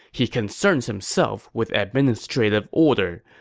he concerns himself with administrative order.